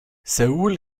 seoul